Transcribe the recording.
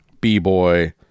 B-Boy